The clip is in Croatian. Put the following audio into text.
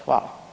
Hvala.